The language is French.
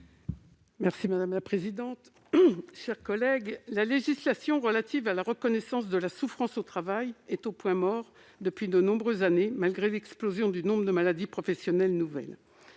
Poncet Monge, pour présenter l'amendement n° 43. La législation relative à la reconnaissance de la souffrance au travail est au point mort depuis de nombreuses années, malgré l'explosion du nombre de maladies professionnelles nouvelles.